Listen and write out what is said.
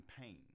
pain